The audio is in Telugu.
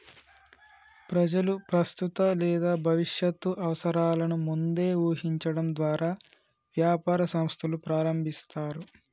ప్రజలు ప్రస్తుత లేదా భవిష్యత్తు అవసరాలను ముందే ఊహించడం ద్వారా వ్యాపార సంస్థలు ప్రారంభిస్తారు